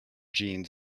jeans